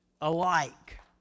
alike